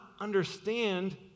understand